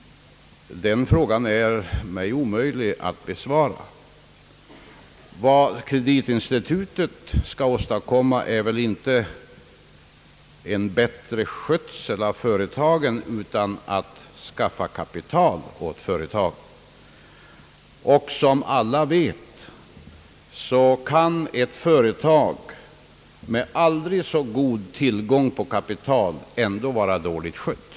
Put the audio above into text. Den frågan är omöjlig för mig att besvara. Vad kreditinstitutet skall åstadkomma är väl inte en bättre skötsel av företagen, utan det skall ombesörja kapitalanskaffningen åt företagen. Såsom alla vet kan ett företag med aldrig så god tillgång på kapital vara dåligt skött.